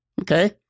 Okay